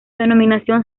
denominación